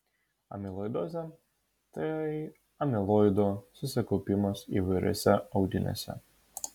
amiloidozė tai amiloido susikaupimas įvairiuose audiniuose